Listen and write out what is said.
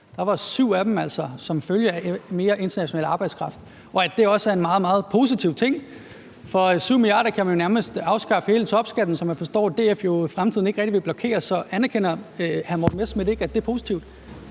de 7 mia. kr. altså en følge af mere international arbejdskraft, og at det også er en meget, meget positiv ting? For 7 mia. kr. kan man jo nærmest afskaffe hele topskatten, som jeg forstår at DF jo i fremtiden ikke rigtig vil blokere. Så anerkender hr. Morten Messerschmidt ikke, at det er positivt?